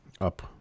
up